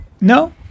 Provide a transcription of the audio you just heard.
No